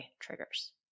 triggers